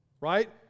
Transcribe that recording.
right